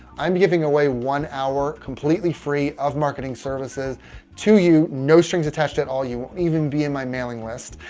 i'm giving away one hour completely free of marketing services to you. no strings attached at all. you won't even be in my mailing list.